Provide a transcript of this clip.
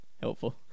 Helpful